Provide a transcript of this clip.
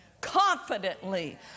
confidently